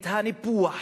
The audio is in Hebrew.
הניפוח,